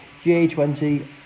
GA20